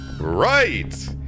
Right